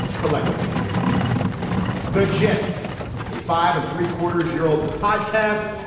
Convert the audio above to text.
collectively speaking the gist a five and three quarters year old podcast.